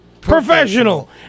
professional